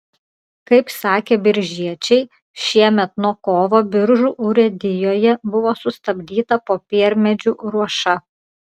kaip sakė biržiečiai šiemet nuo kovo biržų urėdijoje buvo sustabdyta popiermedžių ruoša